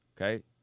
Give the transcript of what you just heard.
Okay